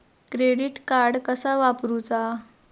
Credit card कसा वापरूचा?